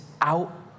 out